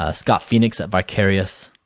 ah scott phoenix at vicarious,